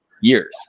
years